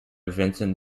vincent